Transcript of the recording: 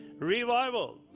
revival